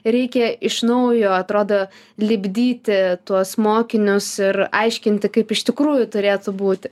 reikia iš naujo atrodo lipdyti tuos mokinius ir aiškinti kaip iš tikrųjų turėtų būti